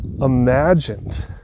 imagined